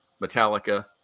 Metallica